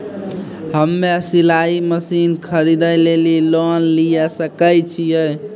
हम्मे सिलाई मसीन खरीदे लेली लोन लिये सकय छियै?